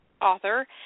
author